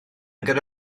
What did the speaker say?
gyda